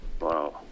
wow